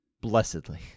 Blessedly